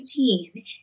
2019